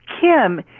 Kim